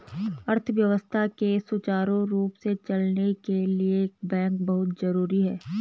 अर्थव्यवस्था के सुचारु रूप से चलने के लिए बैंक बहुत जरुरी हैं